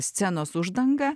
scenos uždangą